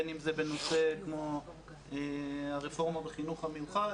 בין אם זה בנושא כמו הרפורמה בחינוך המיוחד,